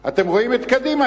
קדימה, אתם רואים את קדימה?